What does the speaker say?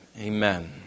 Amen